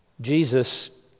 Jesus